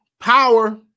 Power